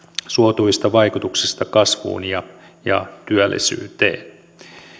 suotuisista vaikutuksista kasvuun ja ja työllisyyteen